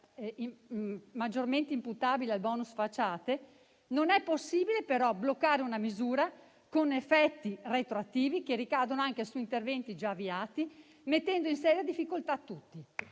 maggiormente imputabili al *bonus* facciate), non è possibile però bloccare una misura con effetti retroattivi, che ricadono anche su interventi già avviati, mettendo in seria difficoltà tutti,